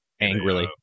angrily